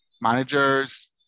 managers